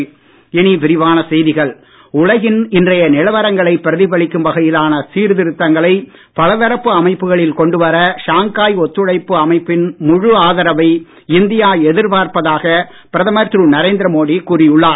Modi Shanghai உலகின் இன்றைய நிலவரங்களை பிரதிபலிக்கும் வகையிலான சீர்திருத்தங்களை பலதரப்பு அமைப்புகளில் கொண்டு வர ஷாங்காய் ஒத்துழைப்பு அமைப்பின் முழு ஆதரவை இந்தியா எதிர்பார்ப்பதாக பிரதமர் திரு நரேந்திர மோடி கூறி உள்ளார்